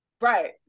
Right